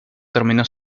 terminó